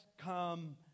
come